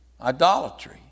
Idolatry